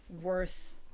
worth